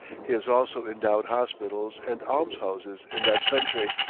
he has also endowed hospitals and almshouses in that country.